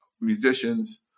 musicians